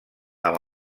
amb